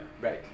Right